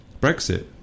Brexit